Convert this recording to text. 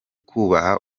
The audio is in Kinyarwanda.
kubaha